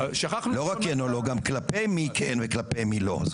לא רק כן או לא, גם כלפי מי כן וכלפי מי לא.